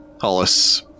Hollis